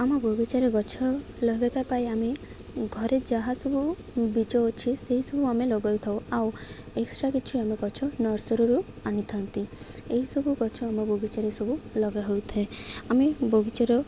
ଆମ ବଗିଚାରେ ଗଛ ଲଗାଇବା ପାଇଁ ଆମେ ଘରେ ଯାହା ସବୁ ବୀଜ ଅଛି ସେହିସବୁ ଆମେ ଲଗାଇଥାଉ ଆଉ ଏକ୍ସଟ୍ରା କିଛି ଆମେ ଗଛ ନର୍ସରୀରୁ ଆଣିଥାନ୍ତି ଏହିସବୁ ଗଛ ଆମ ବଗିଚାରେ ସବୁ ଲଗା ହୋଇଥାଏ ଆମେ ବଗିଚାର